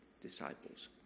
disciples